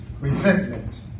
resentments